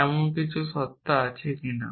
এমন কিছু সত্তা আছে কিনা